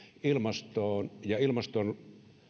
ilmastoon ja ilmaston